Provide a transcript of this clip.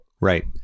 Right